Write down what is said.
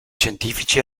scientifici